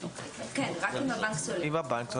כן, רק אם הבנק סולק.